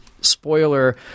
Spoiler